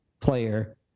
player